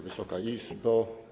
Wysoka Izbo!